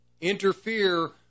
interfere